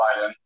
Biden